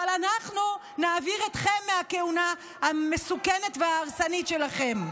אבל אנחנו נעביר אתכם מהכהונה המסוכנת וההרסנית שלכם.